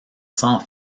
sans